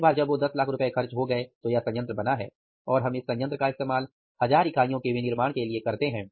एक बार जब वो 1000000 रुपए खर्च हो गए तो यह संयंत्र बना है और हम इस संयत्र का इस्तेमाल हजार इकाइयों के विनिर्माण के लिए करते हैं